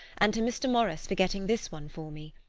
and to mr. morris for getting this one for me.